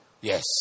Yes